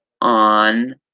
on